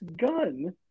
gun